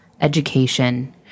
education